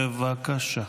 בבקשה.